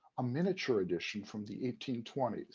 a miniature edition from the eighteen twenty